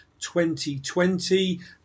2020